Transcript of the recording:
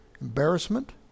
embarrassment